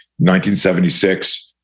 1976